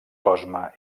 cosme